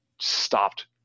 stopped